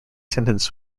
sentence